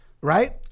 right